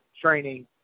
training